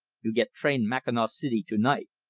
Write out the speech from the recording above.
you get train mackinaw city tonight.